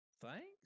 thanks